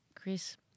Chris